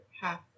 half